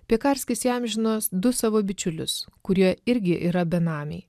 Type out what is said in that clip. piekarskis įamžino du savo bičiulius kurie irgi yra benamiai